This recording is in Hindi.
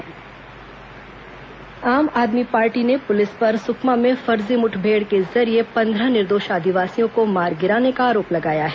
सुकमा मुठभेड़ जांच आम आदमी पार्टी ने पुलिस पर सुकमा में फर्जी मुठभेड़ के जरिये पंद्रह निर्दोष आदिवासियों को मार गिराने का आरोप लगाया है